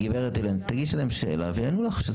תגישי להם שאלה ויענו לך.